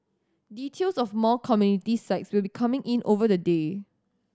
details of more community sites will be coming in over the day